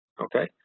Okay